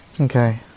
Okay